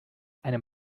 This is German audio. einem